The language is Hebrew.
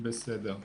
(מוקרן שקף, שכותרתו: רקע.) בסדר.